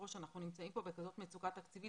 שאנחנו נמצאים כאן במצוקה תקציבית.